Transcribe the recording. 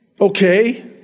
Okay